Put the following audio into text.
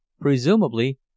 Presumably